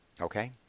okay